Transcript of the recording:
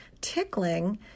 tickling